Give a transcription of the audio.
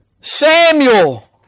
Samuel